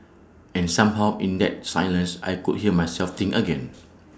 and somehow in that silence I could hear myself think again